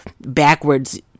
backwards